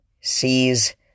sees